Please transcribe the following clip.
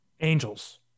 angels